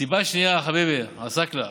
סיבה שנייה, חביבי, עסאקלה: